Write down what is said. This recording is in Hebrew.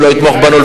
אם לא יתמוך בנו,